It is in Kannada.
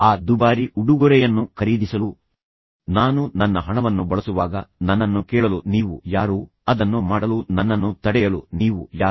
ಆ ದುಬಾರಿ ಉಡುಗೊರೆಯನ್ನು ಖರೀದಿಸಲು ನಾನು ನನ್ನ ಹಣವನ್ನು ಬಳಸುವಾಗ ನನ್ನನ್ನು ಕೇಳಲು ನೀವು ಯಾರು ಅದನ್ನು ಮಾಡಲು ನನ್ನನ್ನು ತಡೆಯಲು ನೀವು ಯಾರು